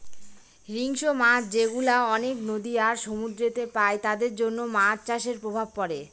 হিংস্র মাছ যেগুলা অনেক নদী আর সমুদ্রেতে পাই তাদের জন্য মাছ চাষের প্রভাব পড়ে